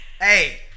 hey